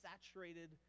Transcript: saturated